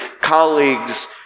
colleagues